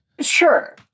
Sure